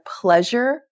pleasure